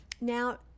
now